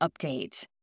update